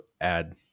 add